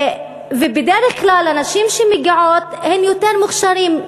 ובדרך כלל הנשים שמגיעות הן יותר מוכשרות.